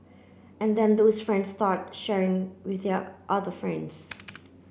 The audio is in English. and then those friends start sharing with their other friends